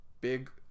big